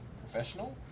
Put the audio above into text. professional